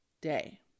day